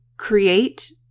create